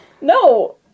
No